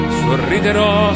sorriderò